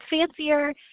fancier